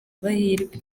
amahirwe